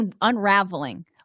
unraveling